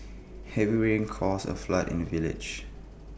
heavy rains caused A flood in the village